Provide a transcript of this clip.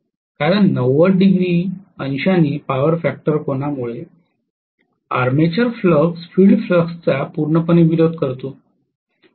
कारण ९० degree power factor कोनामुळे armature flux field फ्लक्सचा पूर्णपणे विरोध करतो